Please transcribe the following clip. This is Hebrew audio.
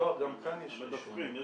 הם מדווחים.